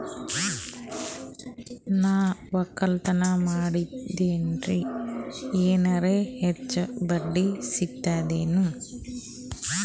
ನಾ ಒಕ್ಕಲತನ ಮಾಡತೆನ್ರಿ ಎನೆರ ಹೆಚ್ಚ ಬಡ್ಡಿ ಸಿಗತದೇನು?